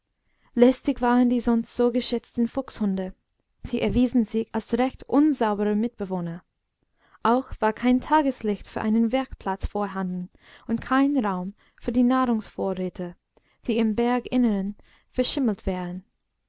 lästig waren die sonst so geschätzten fuchshunde sie erwiesen sich als recht unsaubere mitbewohner auch war kein tageslicht für einen werkplatz vorhanden und kein raum für die nahrungsvorräte die im berginnern verschimmelt wären